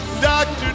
Doctor